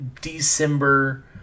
December